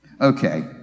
Okay